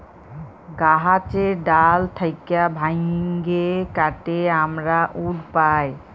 গাহাচের ডাল থ্যাইকে ভাইঙে কাটে আমরা উড পায়